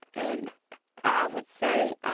and i would say,